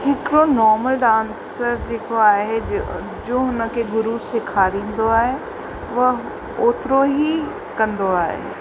हिकिड़ो normal dance जेको आहे जो हुन खे गुरू सेखारींदो आहे व ओतिरो ई कंदो आहे